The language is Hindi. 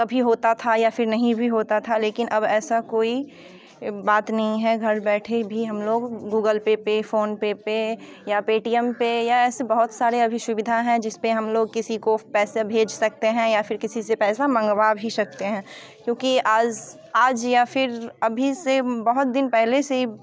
कभी होता था या फिर नहीं भी होता था लेकिन अब ऐसा कोई बात नहीं है घर बैठे भी हम लोग गूगल पे पे फोन पे पे या पेटीएम पे या ऐसे बहुत सारे अभी सुविधा है जिस पे हम लोग किसी को पैसे भेज सकते हैं या फिर किसी से पैसा मंगवा भी शकते हैं क्योंकि आज आज या फिर अभी से बहुत दिन पहले से ही